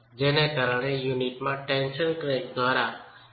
જેને કારણે યુનિટમાં ટેન્શન ક્રેક દ્વારા દિવાલમાં ફેઇલ્યર થાય છે